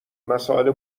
مسائل